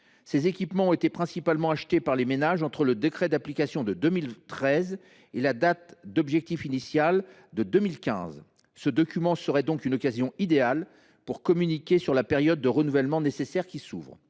ces équipements ont été principalement achetés par les ménages entre le décret d’application de 2013 et la date d’objectif initial fixée en 2015. Ce document serait donc une occasion idéale pour communiquer sur la période de renouvellement nécessaire qui s’ouvre.